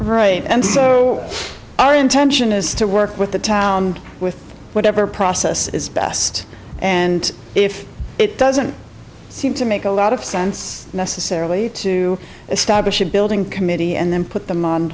right and so our intention is to work with the town and with whatever process is best and if it doesn't seem to make a lot of sense necessarily to establish a building committee and then put them on